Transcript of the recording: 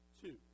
two